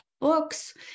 books